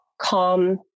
calm